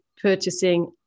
purchasing